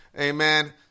Amen